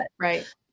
Right